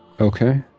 Okay